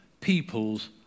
People's